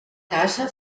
casa